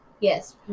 Yes